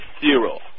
zero